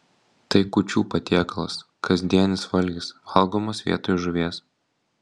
tai kūčių patiekalas kasdienis valgis valgomas vietoj žuvies